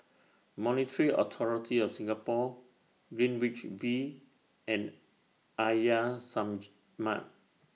Monetary Authority of Singapore Greenwich V and Arya